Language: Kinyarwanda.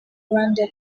rwanda